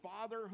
Father